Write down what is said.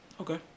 Okay